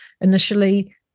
initially